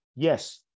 Yes